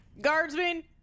Guardsmen